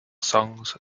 songs